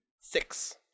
six